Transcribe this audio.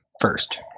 first